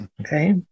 Okay